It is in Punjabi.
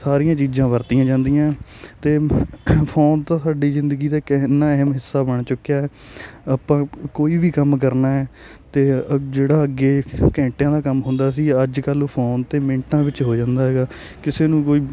ਸਾਰੀਆਂ ਚੀਜ਼ਾਂ ਵਰਤੀਆਂ ਜਾਂਦੀਆਂ ਹੈ ਅਤੇ ਫੋਨ ਤਾਂ ਸਾਡੀ ਜ਼ਿੰਦਗੀ ਦਾ ਇੱਕ ਇੰਨਾਂ ਅਹਿਮ ਹਿੱਸਾ ਬਣ ਚੁੱਕਿਆ ਹੈ ਆਪਾਂ ਕੋਈ ਵੀ ਕੰਮ ਕਰਨਾ ਹੈ ਅਤੇ ਜਿਹੜਾ ਅੱਗੇ ਘੰਟਿਆਂ ਦਾ ਕੰਮ ਹੁੰਦਾ ਸੀ ਅੱਜ ਕੱਲ੍ਹ ਫੋਨ 'ਤੇ ਮਿੰਟਾਂ ਵਿੱਚ ਹੋ ਜਾਂਦਾ ਗਾ ਕਿਸੇ ਨੂੰ ਕੋਈ